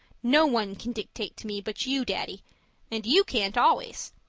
no one can dictate to me but you, daddy and you can't always!